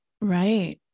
Right